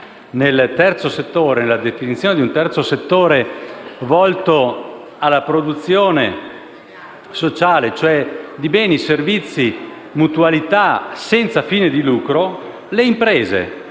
nella definizione di un terzo settore volto alla produzione sociale, cioè di beni, servizi e mutualità senza fine di lucro, le imprese.